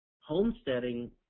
Homesteading